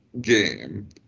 game